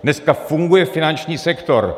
Dneska funguje finanční sektor.